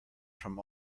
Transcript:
from